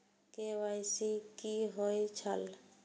KYC कि होई छल?